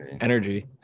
energy